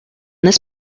this